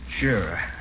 Sure